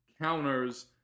counters